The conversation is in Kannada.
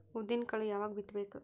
ಉದ್ದಿನಕಾಳು ಯಾವಾಗ ಬಿತ್ತು ಬೇಕು?